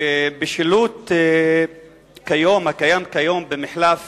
בשילוט הקיים כיום במחלף